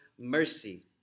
mercy